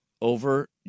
over